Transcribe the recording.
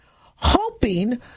hoping